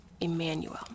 Emmanuel